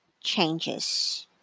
changes